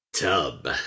tub